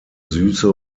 süße